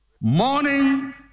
Morning